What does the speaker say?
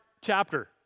chapter